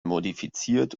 modifiziert